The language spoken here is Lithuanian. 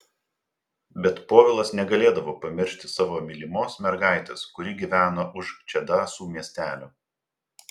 bet povilas negalėdavo pamiršti savo mylimos mergaitės kuri gyveno už čedasų miestelio